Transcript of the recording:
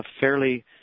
fairly